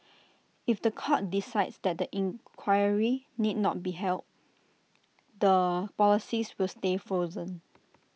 if The Court decides that the inquiry need not be held the policies will stay frozen